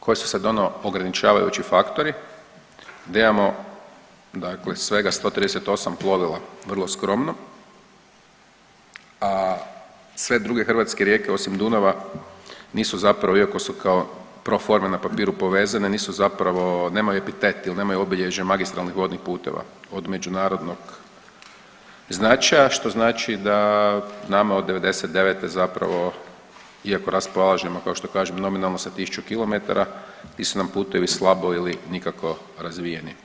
Koje su sad ono ograničavajući faktori, da imamo dakle svega 138 plovila, vrlo skromno, a sve druge hrvatske rijeke osim Dunava nisu zapravo iako su kao pro forme na papiru povezane, nisu zapravo, nemaju epitet il nemaju obilježje magistralnih vodnih puteva od međunarodnog značaja što znači da nama od '99. zapravo iako raspolažemo kao što kažem nominalno sa tisuću kilometara ti su nam putevi slabo ili nikako razvijeni.